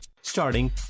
Starting